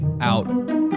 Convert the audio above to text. out